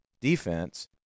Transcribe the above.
defense